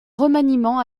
remaniement